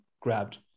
grabbed